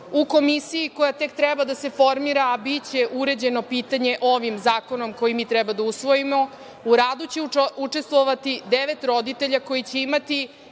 U komisiji koja tek treba da se formira, a biće uređeno pitanje ovim zakonom koji mi treba da usvojimo, u radu će učestvovati devet roditelja, koji će imati